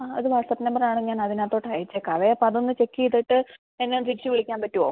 ആ അത് വാട്സപ്പ് നമ്പറാണ് ഞാൻ അതിനകത്തോട്ട് അയച്ചേക്കാം അപ്പം അതൊന്ന് ചെക്ക് ചെയ്തിട്ട് എന്നെ തിരിച്ച് വിളിക്കാൻ പറ്റുമോ